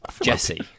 Jesse